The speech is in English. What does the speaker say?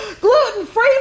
gluten-free